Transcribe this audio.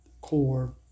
core